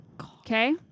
Okay